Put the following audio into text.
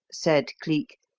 said cleek,